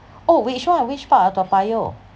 oh which one which part of toa payoh